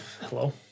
hello